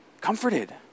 comforted